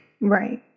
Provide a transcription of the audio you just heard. Right